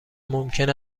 ممکن